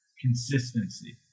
consistency